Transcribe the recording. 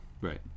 Right